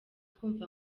twumva